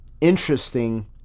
interesting